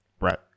right